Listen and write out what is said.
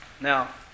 Now